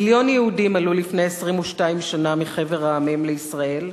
מיליון יהודים עלו לפני 22 שנה מחבר המדינות לישראל,